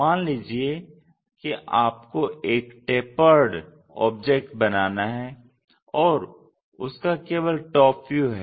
मान लीजिए कि आपको एक टेपर्ड ऑब्जेक्ट बनाना है और उसका केवल टॉप व्यू है